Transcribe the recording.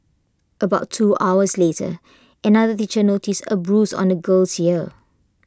about two hours later another teacher noticed A bruise on the girl's ear